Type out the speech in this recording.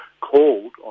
called